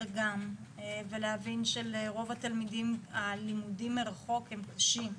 גם ולהבין שלרוב התלמידים הלימודים מרחוק הם קשים,